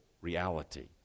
reality